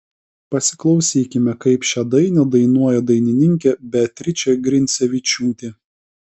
pasiklausykime kaip šią dainą dainuoja dainininkė beatričė grincevičiūtė